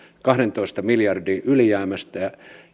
kahdentoista miljardin ylijäämästä